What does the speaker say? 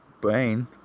brain